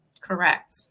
Correct